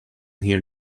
here